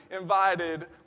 invited